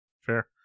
Fair